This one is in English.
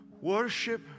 Worship